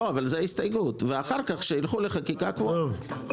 ואז שילכו לחקיקה קבועה.